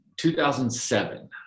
2007